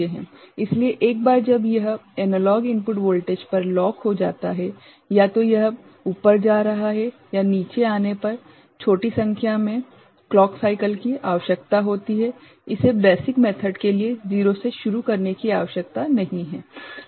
इसलिए एक बार जब यह एनालॉग इनपुट वोल्टेज पर लॉक हो जाता है या तो यह ऊपर जा रहा है या नीचे आने पर छोटी संख्या में क्लॉक साइकल की आवश्यकता होती है इसे बेसिक मेथड के लिए 0 से शुरू करने की आवश्यकता नहीं होती है